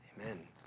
Amen